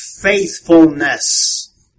faithfulness